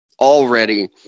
already